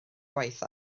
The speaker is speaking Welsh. gwaith